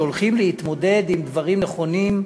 הולכים להתמודד עם דברים לא נכונים,